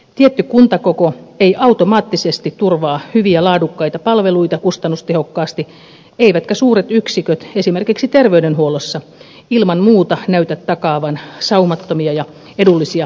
tietty kuntakoko ei automaattisesti turvaa hyviä laadukkaita palveluita kustannustehokkaasti eivätkä suuret yksiköt esimerkiksi terveydenhuollossa ilman muuta näytä takaavan saumattomia ja edullisia palveluita